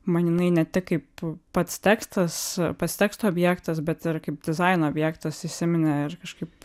man jinai ne tik kaip pats tekstas pats teksto objektas bet ir kaip dizaino objektas įsiminė ir kažkaip